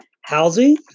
housing